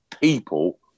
people